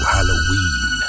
Halloween